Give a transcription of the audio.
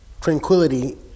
tranquility